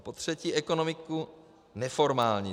A za třetí ekonomiku neformální.